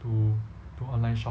to to online shop